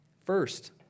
First